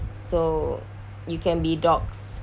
so you can be doxed